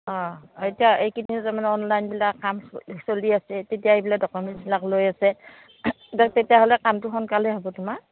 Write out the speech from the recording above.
অঁ এতিয়া মানে অনলাইনবিলাক কাম চলি আছে তেতিয়া এইবিলাক ডকুমেণ্টছবিলাক লৈ আছে তেতিয়াহ'লে কামটো সোনকালে হ'ব তোমাৰ